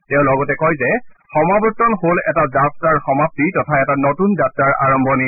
তেওঁ লগতে কয় যে সমাৱৰ্তন হল এটা যাত্ৰাৰ সমাপ্তি তথা এটা নতুন যাত্ৰাৰ আৰম্ভণি